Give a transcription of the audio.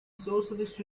socialist